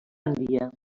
gandia